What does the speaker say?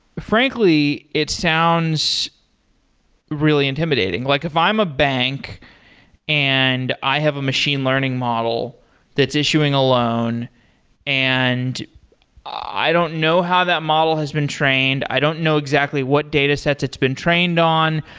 frankly, it sounds really intimidating. like if i'm a bank and i have a machine learning model that's issuing alone and i don't know how that model has been trained. i don't know exactly what datasets it's been trained on,